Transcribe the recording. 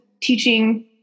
teaching